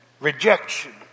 rejection